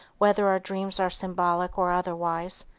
whether our dreams are symbolic or otherwise,